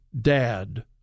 dad